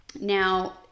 Now